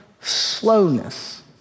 slowness